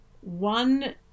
one